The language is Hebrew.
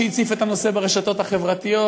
שהציף את הנושא ברשתות החברתיות,